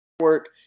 work